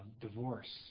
divorce